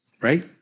right